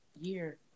year